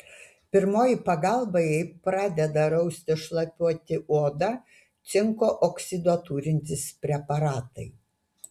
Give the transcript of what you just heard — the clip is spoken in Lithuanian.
pirmoji pagalba jei pradeda rausti šlapiuoti oda cinko oksido turintys preparatai